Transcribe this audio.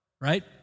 right